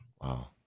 Wow